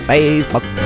Facebook